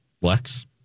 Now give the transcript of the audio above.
Lex